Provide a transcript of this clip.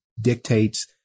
dictates